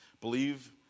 believe